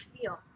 feel